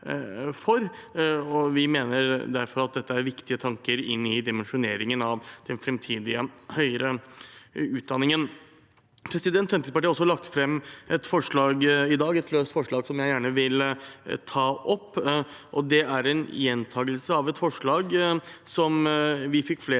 vi mener derfor at dette er viktige tanker inn i dimensjoneringen av den framtidige høyere utdanningen. Fremskrittspartiet har i dag et forslag, som jeg gjerne vil ta opp. Det er en gjentakelse av et forslag som vi fikk flertall for